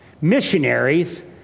Missionaries